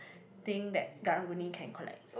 thing that Karang-Guni can collect